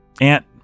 Aunt